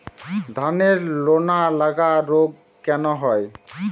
ধানের লোনা লাগা রোগ কেন হয়?